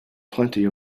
plenty